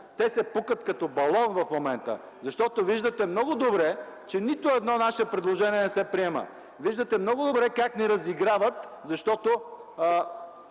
те се пукат като балони в момента, защото виждате много добре, че нито едно наше предложение не се приема. Виждате много добре как ни разиграват, защото